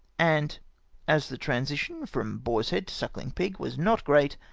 and as the transition from boar's head to sucking pig was not great,